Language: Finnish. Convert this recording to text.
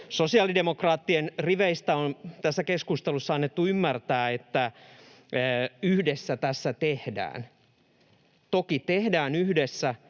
Sosiaalidemokraattien riveistä on tässä keskustelussa annettu ymmärtää, että yhdessä tässä tehdään. Toki tehdään yhdessä